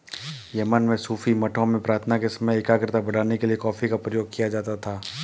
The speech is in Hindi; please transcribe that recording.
यमन में सूफी मठों में प्रार्थना के समय एकाग्रता बढ़ाने के लिए कॉफी का प्रयोग किया जाता था